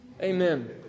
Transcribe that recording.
Amen